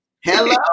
Hello